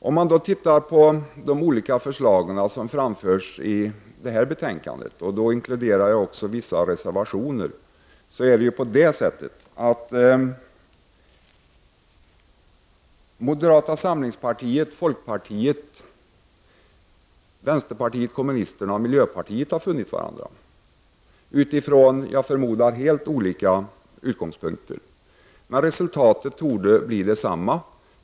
Om man ser på de olika förslag som framförs i detta betänkande, och då inkluderar jag också vissa förslag som finns i reservationer, ser man att moderata samlingspartiet, folkpartiet, vänsterpartiet kommunisterna och mil jöpartiet har funnit varandra — utifrån helt olika utgångspunkter, förmodar jag. Men resultatet torde bli detsamma.